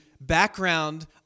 background